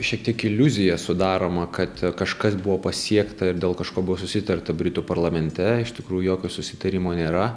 šiek tiek iliuzija sudaroma kad kažkas buvo pasiekta ir dėl kažko buvo susitarta britų parlamente iš tikrųjų jokio susitarimo nėra